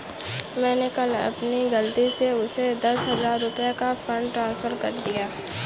मैंने कल अपनी गलती से उसे दस हजार रुपया का फ़ंड ट्रांस्फर कर दिया